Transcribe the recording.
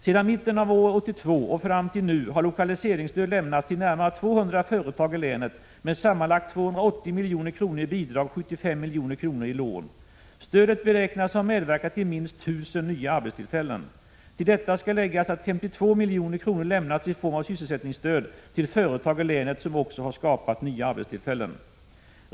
Sedan mitten av år 1982 och fram till nu har lokaliseringsstöd lämnats till närmare 200 företag i länet med sammanlagt 280 milj.kr. i bidrag och 75 milj.kr. i lån. Stödet beräknas ha medverkat till minst 1 000 nya arbetstillfällen. Till detta skall läggas att 52 milj.kr. lämnats i form av sysselsättningsstöd till företag i länet som också har skapat nya arbetstillfällen.